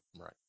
Right